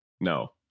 no